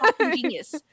genius